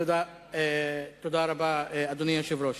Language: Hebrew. תודה רבה, אדוני היושב-ראש.